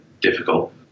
difficult